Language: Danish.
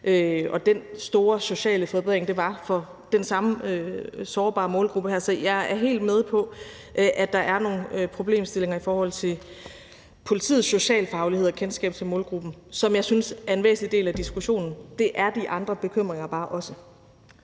– den store sociale forbedring, som det var, for den samme sårbare målgruppe. Så jeg er helt med på, at der er nogle problemstillinger i forhold til politiets socialfaglighed og kendskab til målgruppen, som jeg synes er en væsentlig del af diskussionen; det er de andre bekymringer bare også.